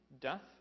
death